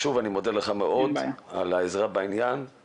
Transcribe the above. שוב אני מודה לך מאוד על העזרה בעניין.